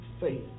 faith